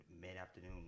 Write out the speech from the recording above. mid-afternoon